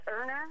earner